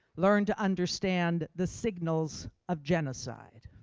learn to understand the signals of genocide.